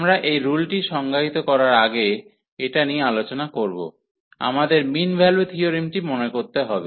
আমরা এই রুলটি সংজ্ঞায়িত করার আগে এটা নিয়ে আলোচনা করব আমাদের মিন ভ্যালু থিয়োরেম টি মনে করতে হবে